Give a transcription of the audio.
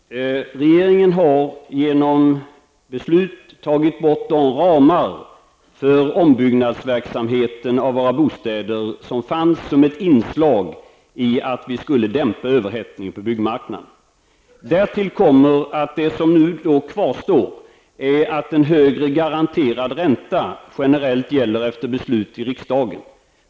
Herr talman! Regeringen har genom beslut tagit bort de ramar för ombyggnadsverksamheten när det gäller våra bostäder som fanns som ett inslag i strävandena att dämpa överhettningen på byggmarknaden. Vad som kvarstår är att en högre garanterad ränta generellt gäller efter beslut i riksdagen.